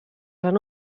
van